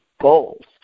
goals